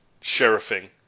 sheriffing